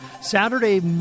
Saturday